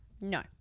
No